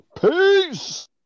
Peace